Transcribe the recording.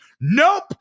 Nope